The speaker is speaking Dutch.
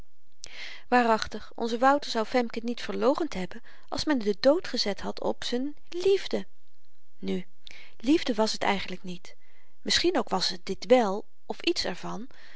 waarachtig onze wouter zou femke niet verloochend hebben als men den dood gezet had op z'n liefde nu liefde was t eigenlyk niet misschien ook was het dit wel of iets